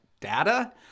data